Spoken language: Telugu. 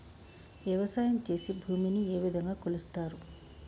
వ్యవసాయం చేసి భూమిని ఏ విధంగా కొలుస్తారు?